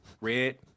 red